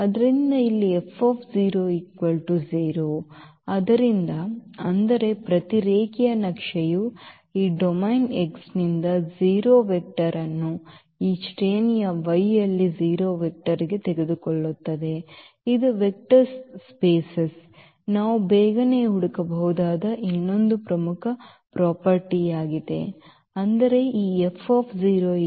ಆದ್ದರಿಂದ ಇಲ್ಲಿ F 0 ಆದ್ದರಿಂದ ಅಂದರೆ ಪ್ರತಿ ರೇಖೀಯ ನಕ್ಷೆಯು ಈ ಡೊಮೇನ್ X ನಿಂದ 0 ವೆಕ್ಟರ್ ಅನ್ನು ಈ ಶ್ರೇಣಿಯ Y ಯಲ್ಲಿ 0 ವೆಕ್ಟರ್ಗೆ ತೆಗೆದುಕೊಳ್ಳುತ್ತದೆ ಇದು ವೆಕ್ಟರ್ ಸ್ಥಳಗಳನ್ನು ನಾವು ಬೇಗನೆ ಹುಡುಕಬಹುದಾದ ಇನ್ನೊಂದು ಪ್ರಮುಖ ಆಸ್ತಿಯಾಗಿದೆ ಅಂದರೆ ಈ